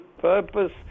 purpose